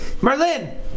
Merlin